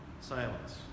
silence